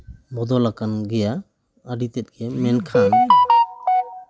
ᱵᱚᱫᱚᱞ ᱟᱠᱟᱱ ᱜᱮᱭᱟ ᱟᱹᱰᱤ ᱛᱮᱫᱜᱮ ᱢᱮᱱᱠᱷᱟᱱ